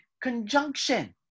conjunction